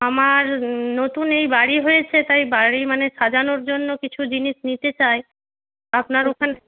আমার নতুন এই বাড়ি হয়েছে তাই বাড়ি মানে সাজানোর জন্য কিছু জিনিস নিতে চাই আপনার ওখানে